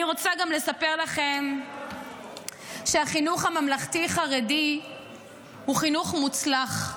אני רוצה גם לספר לכם שהחינוך הממלכתי-חרדי הוא חינוך מוצלח,